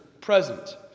present